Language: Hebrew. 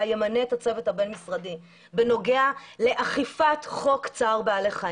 ימנה את הצוות הבין-משרדי בנוגע לאכיפת חוק צער בעלי חיים.